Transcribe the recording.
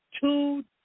two